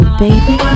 baby